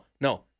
No